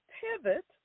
Pivot